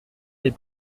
les